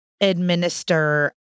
administer